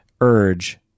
urge